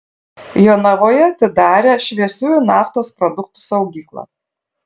jonavoje atidarė šviesiųjų naftos produktų saugyklą